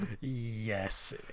Yes